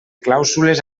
clàusules